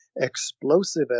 Explosive